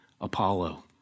Apollo